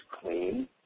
clean